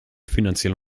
finanziell